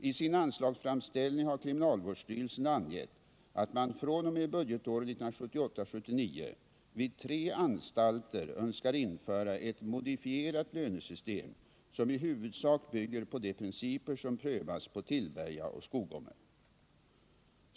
I sin anslagsframställning har kriminalvårdsstyrelsen angett att man fr.o.m. budgetåret 1978/79 vid tre anstalter önskar införa ett modifierat lönesystem, som i huvudsak bygger på de principer som prövats vid Tillberga och Skogome.